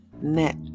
net